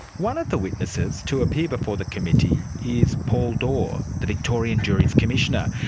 one of the witnesses to appear before the committee is paul dore, the victorian juries commissioner.